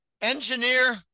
engineer